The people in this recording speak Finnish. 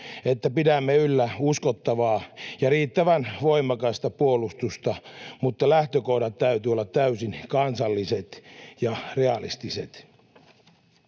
että pidämme yllä uskottavaa ja riittävän voimakasta puolustusta, mutta lähtökohtien täytyy olla täysin kansalliset ja realistiset.